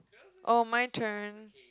oh my turn